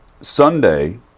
Sunday